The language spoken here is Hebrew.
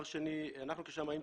אנחנו כשמאים,